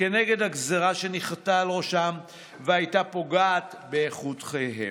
כנגד הגזרה שניחתה על ראשם והייתה פוגעת באיכות חייהם.